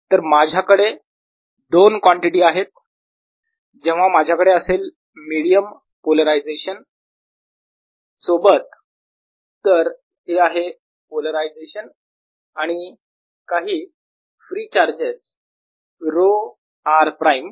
तर माझ्याकडे दोन कॉन्टिटी आहेत जेव्हा माझ्याकडे असेल मिडीयम पोलरायझेशन सोबत तर हे आहे पोलरायझेशन आणि काही फ्री चार्जेस ρ r प्राईम